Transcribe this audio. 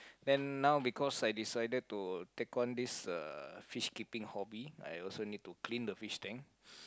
then now because I decided to take on this uh fish keeping hobby I also need to clean the fish tank